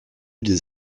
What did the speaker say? des